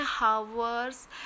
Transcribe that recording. hours